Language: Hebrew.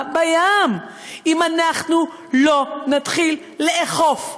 אם אנחנו לא נתחיל לאכוף בדרכים,